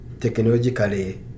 technologically